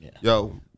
yo-